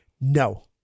No